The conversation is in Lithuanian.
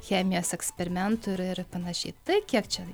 chemijos eksperimentu ir ir panašiai tai kiek čia